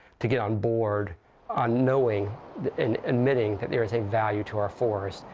to get onboard on knowing and admitting that there is a value to our forests.